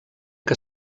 que